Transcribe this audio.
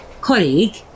colleague